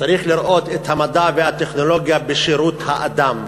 צריך לראות את המדע ואת הטכנולוגיה בשירות האדם,